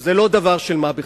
זה לא דבר של מה בכך.